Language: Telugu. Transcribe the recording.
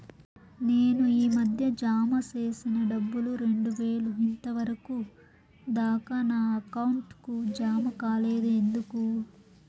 నేను ఈ మధ్య జామ సేసిన డబ్బులు రెండు వేలు ఇంతవరకు దాకా నా అకౌంట్ కు జామ కాలేదు ఎందుకు?